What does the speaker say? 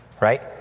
Right